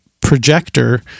projector